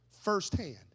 firsthand